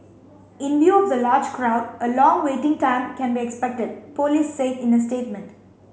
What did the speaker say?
in view of the large crowd a long waiting time can be expected police said in a statement